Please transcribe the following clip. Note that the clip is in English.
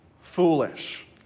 foolish